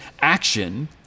action